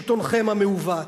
משלטונכם המעוות.